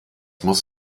muss